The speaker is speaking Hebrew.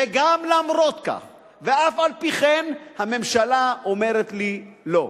וגם למרות כך ואף-על-פי-כן, הממשלה אומרת לי: לא.